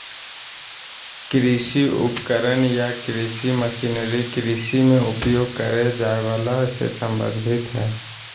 कृषि उपकरण या कृषि मशीनरी कृषि मे उपयोग करे जाए वला से संबंधित हई